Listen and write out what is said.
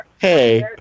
hey